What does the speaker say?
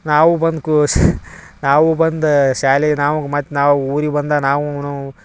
ನಾವು ಬಂದು ಕೂಸ್ ನಾವು ಬಂದು ಶಾಲೆ ನಾವು ಮತ್ತು ನಾವು ಊರಿಗೆ ಬಂದು ನಾವು